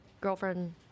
girlfriend